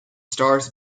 stars